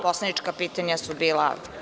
Poslanička pitanja su bila.